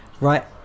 right